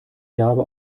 java